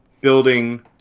building